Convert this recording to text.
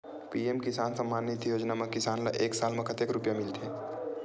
PM Kisan Samman Nidhi योजना म किसान ल एक साल म कतेक रुपिया मिलथे?